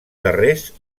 darrers